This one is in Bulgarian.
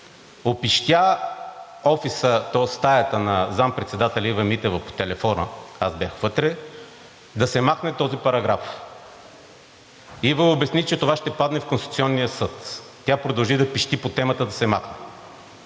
опищя офиса, тоест стаята на зам.-председателя Ива Митева, по телефона, аз бях вътре – да се махне този параграф. Ива обясни, че това ще падне в Конституционния съд. Тя продължи да пищи по темата да се маха,